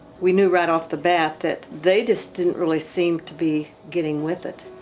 we knew right off the bat that they just didn't really seem to be getting with it.